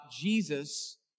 Jesus